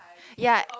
ya